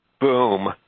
boom